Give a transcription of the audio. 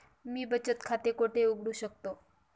मी बचत खाते कोठे उघडू शकतो?